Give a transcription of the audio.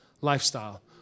lifestyle